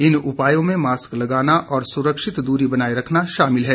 इन उपायों में मास्क लगाना और सुरक्षित दूरी बनाए रखना शामिल है